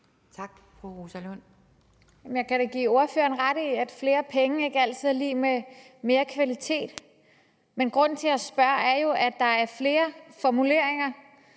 Kl. 13:20 Rosa Lund (EL): Jeg kan da give ordføreren ret i, at flere penge ikke altid er lig med mere kvalitet. Men grunden til, at jeg spørger, er jo, at der er flere formuleringer